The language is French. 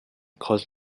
creuse